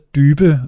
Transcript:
dybe